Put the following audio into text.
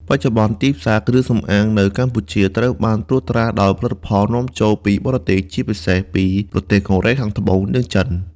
បច្ចុប្បន្ន ទីផ្សារគ្រឿងសម្អាងនៅកម្ពុជាត្រូវបានត្រួតត្រាដោយផលិតផលនាំចូលពីបរទេស ជាពិសេសពីប្រទេសកូរ៉េខាងត្បូង និងចិន។